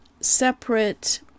separate